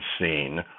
seen